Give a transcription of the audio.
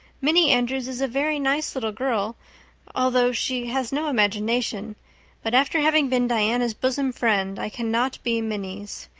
minnie andrews is a very nice little girl although she has no imagination but after having been diana's busum friend i cannot be minnie's.